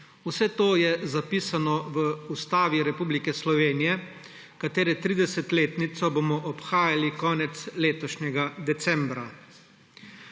Vse to je zapisano v Ustavi Republike Slovenije, katere 30. letnico bomo obhajali konec letošnjega decembra.